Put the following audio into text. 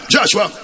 Joshua